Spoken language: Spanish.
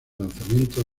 lanzamiento